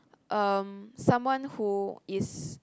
um someone who is